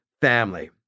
family